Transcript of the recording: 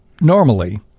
normally